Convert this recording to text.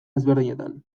ezberdinetan